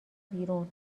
بیرون